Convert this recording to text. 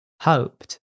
hoped